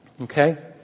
Okay